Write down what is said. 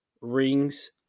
rings